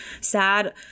sad